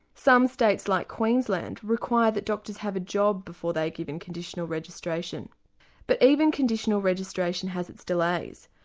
some states like queensland require that doctors have a job before they are given conditional registration but even conditional registration has its delays.